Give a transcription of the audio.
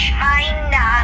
China